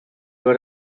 were